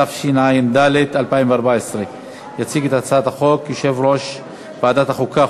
התשע"ד 2014. יציג את הצעת החוק יושב-ראש ועדת החוקה,